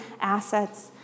assets